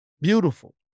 beautiful